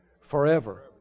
Forever